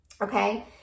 Okay